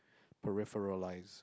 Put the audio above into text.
peripheralise